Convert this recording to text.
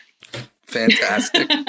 Fantastic